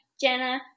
Jenna